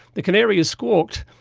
the canary has squawked,